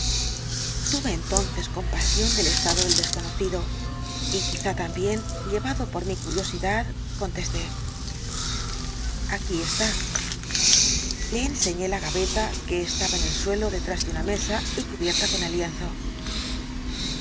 tuve entonces compasión del estado del desconocido y quizá también llevado por mi curiosidad contesté aquí está le enseñé la gaveta que estaba en el suelo detrás de una mesa y cubierta con